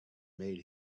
made